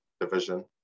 Division